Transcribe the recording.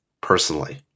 personally